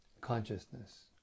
consciousness